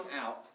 out